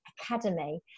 Academy